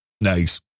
Nice